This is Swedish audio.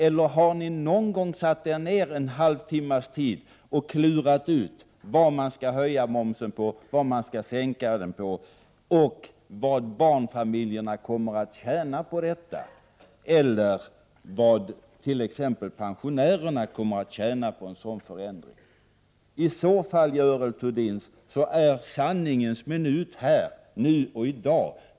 Eller har ni någon gång satt er ner ens en halvtimme för att klura ut vilka varor som skall få sänkt moms och vilka som skall få höjd moms och vad barnfamiljerna eller t.ex. pensionärerna kommer att tjäna på detta? I så fall, Görel Thurdin, är sanningens minut här och nu.